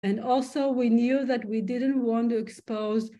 ‫וגם ידעתנו שאנחנו לא רוצים ‫לחשוף...